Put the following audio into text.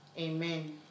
Amen